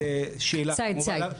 סאיד סאיד.